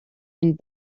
and